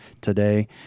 today